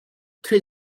three